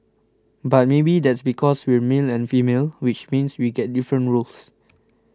but maybe that's because we're male and female which means we get different roles